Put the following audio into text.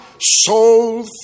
soul